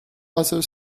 other